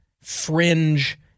fringe